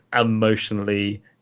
emotionally